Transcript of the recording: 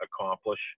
accomplish